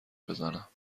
بزنم